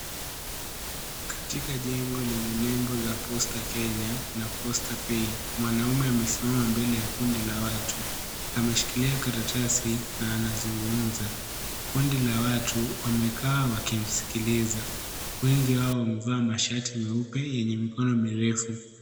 Katika jengo lenye nembo ya posta Kenya na posta paying, mwanaume amesimama mbele ya kundi la watu ameshikilia karatasi na anazungumza, kundi la watu wamekaa wakimsikiliza, wengi wao wamevaa shati meupe yenye mikono mirefu.